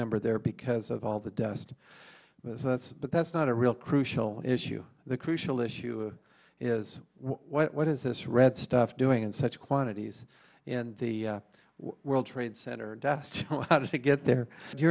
number there because of all the dust so that's but that's not a real crucial issue the crucial issue is what is this red stuff doing in such quantities in the world trade center dust how does it get there do you